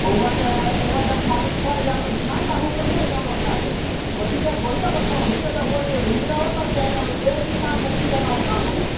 हूअं त हूअं त साढी छह हज़ार रुपया थींदा आहिनि तव्हांखां पंज हज़ार रुपिया वठदासीं वधीक थोरी था वठूं हिक दफ़ो ओॾे घुमंदव त चए ॿीअर बि तव्हां बुकिंग कंदव असांखां